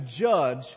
judge